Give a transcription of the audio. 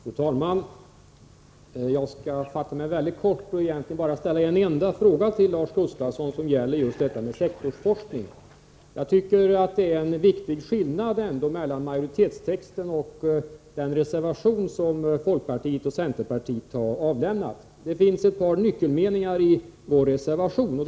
Fru talman! Jag skall fatta mig mycket kort och egentligen bara ställa en enda fråga till Lars Gustafsson som gäller just sektorsforskningen. Jag tycker att det ändå är en viktig skillnad mellan majoritetstexten och den reservation som folkpartiet och centerpartiet har avlämnat. Det finns ett par nyckelmeningar i vår reservation 20.